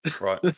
right